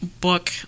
book